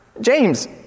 James